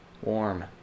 Warm